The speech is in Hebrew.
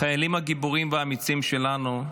החיילים הגיבורים והאמיצים שלנו,